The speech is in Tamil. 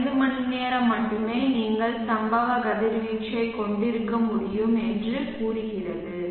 5 மணி நேரம் மட்டுமே நீங்கள் சம்பவ கதிர்வீச்சைக் கொண்டிருக்க முடியும் என்று கூறுகிறது